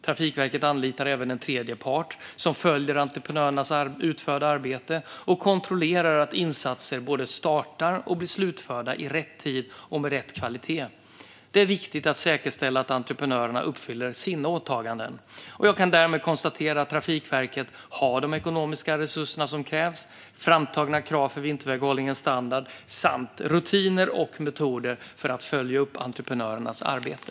Trafikverket anlitar även en tredje part som följer entreprenörernas utförda arbete och kontrollerar att insatser både startar och blir slutförda i rätt tid och med rätt kvalitet. Det är viktigt att säkerställa att entreprenörerna uppfyller sina åtaganden. Jag kan därmed konstatera att Trafikverket har de ekonomiska resurser som krävs, framtagna krav för vinterväghållningens standard samt rutiner och metoder för att följa upp entreprenörernas arbete.